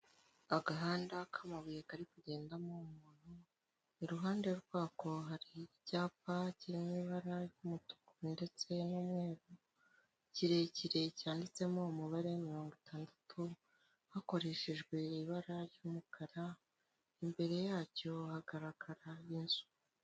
Agahanda k'amabuye kari kugendamo umuntu iruhande rwako hari icyapa kirimo ibara ry'umutuku ndetse n'umweru kirekire cyanditsemo umubare mirongo itandatu hakoreshejwe ibara ry'umukara imbere yacyo hagaragara n'inzu.